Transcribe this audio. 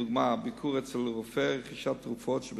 בכלל זה ביקורים אצל רופא וצריכת תרופות?